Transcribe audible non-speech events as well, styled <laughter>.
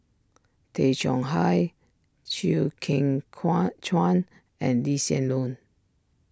Tay Chong Hai Chew Kheng <unintelligible> Chuan and Lee Hsien Loong